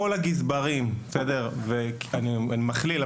אני מכליל,